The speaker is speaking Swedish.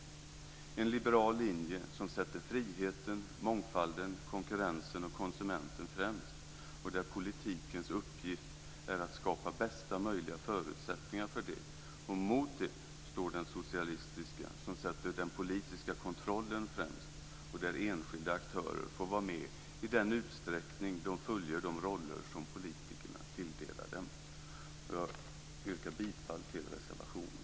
Den liberala linjen sätter friheten, mångfalden, konkurrensen och konsumenten främst. Politikens uppgift är att skapa bästa möjliga förutsättningar för det. Mot detta står den socialistiska linjen, som sätter den politiska kontrollen främst och där enskilda aktörer får vara med i den utsträckning som de fullgör de roller som politikerna tilldelar dem. Jag yrkar bifall till reservationen.